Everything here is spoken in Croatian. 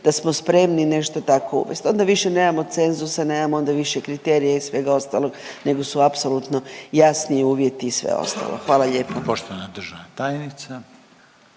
da smo spremni nešto tako uvest, onda više nemamo cenzusa, nemamo onda više kriterija i svega ostalog nego su apsolutno jasni uvjeti i sve ostalo, hvala lijepo.